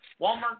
Walmart